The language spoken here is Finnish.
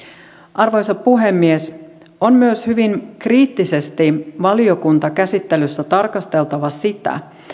arvoisa puhemies on myös hyvin kriittisesti valiokuntakäsittelyssä tarkasteltava sitä